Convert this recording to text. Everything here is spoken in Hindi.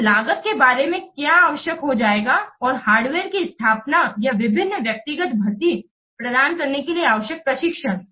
तो लागत के बारे में क्या आवश्यक हो जाएगा और हार्डवेयर की स्थापना या विभिन्न व्यक्तिगत भर्ती प्रदान करने के लिए आवश्यक प्रशिक्षण